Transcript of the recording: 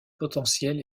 potentiel